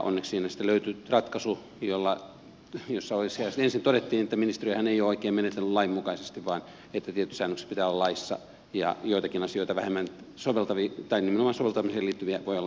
onneksi siinä sitten löytyi ratkaisu jossa ensin todettiin että ministeriöhän ei ole oikein menetellyt lain mukaisesti vaan että tietyt säännökset pitää olla laissa ja joitakin asioita nimenomaan soveltamiseen liittyviä voi olla asetuksessa